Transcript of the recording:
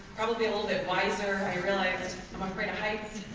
probably a little bit wiser, realized i'm afraid of heights.